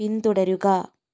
പിന്തുടരുക